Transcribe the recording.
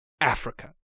Africa